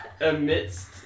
amidst